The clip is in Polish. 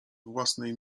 własnej